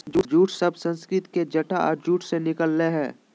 jute शब्द संस्कृत के जटा और जूट से निकल लय हें